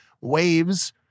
waves